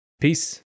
Peace